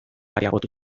areagotu